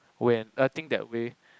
when I think that way